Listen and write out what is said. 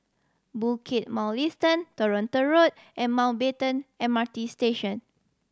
Bukit Mugliston Toronto Road and Mountbatten M R T Station